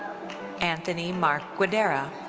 anthony mark guidera.